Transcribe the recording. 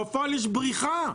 בפועל יש בריחה.